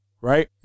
Right